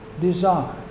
desire